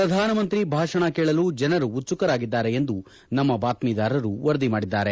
ಪ್ರಧಾನಮಂತ್ರಿ ಭಾಷಣ ಕೇಳಲು ಜನರು ಉತ್ಸುಕರಾಗಿದ್ದಾರೆ ಎಂದು ನಮ್ನ ಬಾತ್ನೀದಾರರು ವರದಿ ಮಾಡಿದ್ದಾರೆ